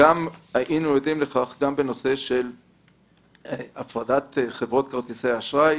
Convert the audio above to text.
היינו עדים לכך גם בנושא של הפרדת חברות כרטיסי האשראי.